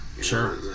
Sure